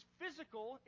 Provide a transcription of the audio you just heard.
physical